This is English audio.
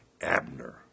Abner